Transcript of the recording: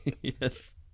yes